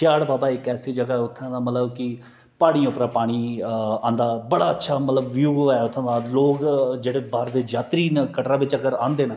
सिहाड़ बाबा इक ऐसी जगह ऐ उत्थूं दा मतलब कि प्हाड़ियै उप्परा पानी आंह्दा बड़ा अच्छा मतलब ब्यू ऐ उत्थूं दा लोक जेहड़े बाहर दे यात्री न कटरा बिच अगर आंदे न